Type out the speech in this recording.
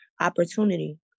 opportunity